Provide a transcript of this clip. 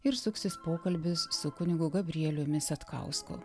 ir suksis pokalbis su kunigu gabrieliumi satkausku